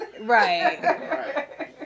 Right